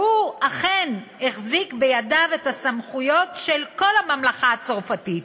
והוא אכן החזיק בידיו את הסמכויות של כל הממלכה הצרפתית.